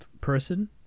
person